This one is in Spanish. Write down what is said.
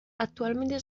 actualmente